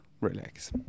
relax